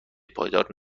پایدار